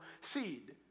seed